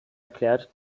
erklärt